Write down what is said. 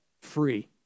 free